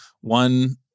one